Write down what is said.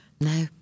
No